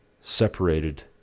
separated